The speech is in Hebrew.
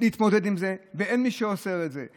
להתמודד עם זה, ואין מי שאוסר את זה.